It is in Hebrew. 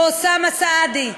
ואוסאמה סעדי.